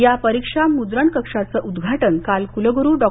या परीक्षा मुद्रण कक्षाचं उदघाटन काल कुलगुरू डॉ